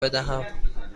بدهم